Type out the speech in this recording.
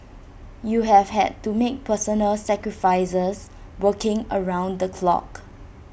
you have had to make personal sacrifices working around the clock